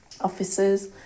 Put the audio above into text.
officers